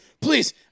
please